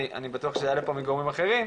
אני בטוח שזה יעלה פה מגורמים אחרים,